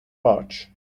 march